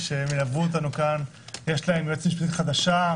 יש להם יועצת משפטית חדשה,